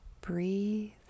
breathe